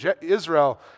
Israel